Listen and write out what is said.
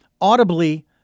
audibly